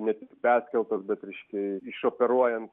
ne tik perskeltos bet reiškia išoperuojant